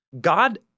God